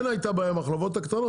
כן הייתה בעיה עם המחלבות הקטנות,